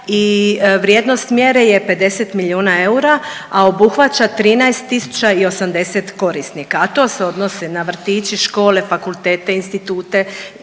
i vrijednost mjere je 50 milijuna eura, a obuhvaća 13.080 korisnika, a to se odnosi na vrtiće, škole, fakultete, institute,